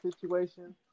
situation